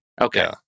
Okay